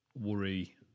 worry